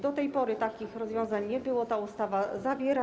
Do tej pory takich rozwiązań nie było, ta ustawa je zawiera.